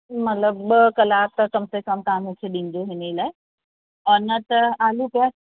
मतिलबु ॿ कलाक त कम से कम तव्हां मूंखे ॾिजो हिन लाइ न त आलू प्याज